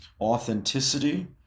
authenticity